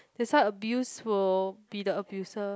that's why abuse will be the abuser